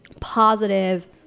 positive